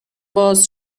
باز